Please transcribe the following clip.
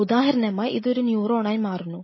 ഉദാഹരണമായി ഇത് ഒരു ന്യൂറോണായി മാറുന്നു